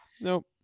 Nope